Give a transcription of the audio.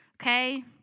okay